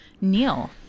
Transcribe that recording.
Neil